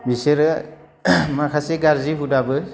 बिसोरो माखासे गाज्रि हुदाबो